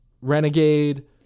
renegade